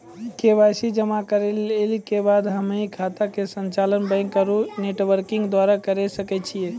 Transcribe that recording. KYC जमा करला के बाद हम्मय खाता के संचालन बैक आरू नेटबैंकिंग द्वारा करे सकय छियै?